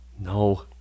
no